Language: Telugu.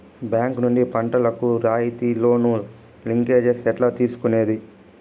బ్యాంకు నుండి పంటలు కు రాయితీ లోను, లింకేజస్ ఎట్లా తీసుకొనేది?